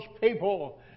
people